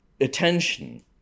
Attention